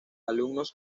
alumnos